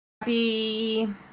Happy